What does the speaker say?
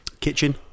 Kitchen